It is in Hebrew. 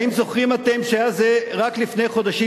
האם זוכרים אתם שהיה זה רק לפני חודשים